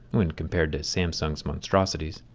when compared to samsung's monstrosities.